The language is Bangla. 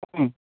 হুম